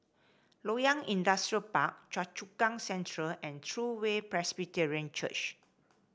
Loyang Industrial Park Choa Chu Kang Central and True Way Presbyterian Church